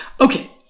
Okay